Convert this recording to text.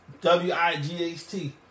W-I-G-H-T